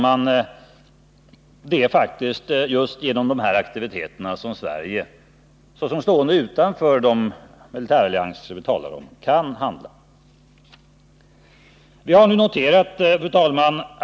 Men det är faktiskt genom just dessa aktiviteter som Sverige, såsom stående utanför de militärallianserna, kan handla. Fru talman!